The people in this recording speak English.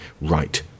right